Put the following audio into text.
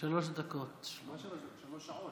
כמה זמן, שלוש דקות או שלוש שעות?